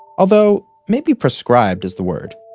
although maybe prescribed is the word.